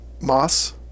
Moss